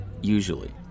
Usually